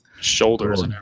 shoulders